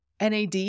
NAD